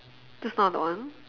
just now that one